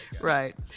Right